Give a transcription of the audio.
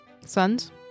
Sons